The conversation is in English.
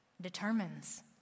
determines